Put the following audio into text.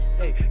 hey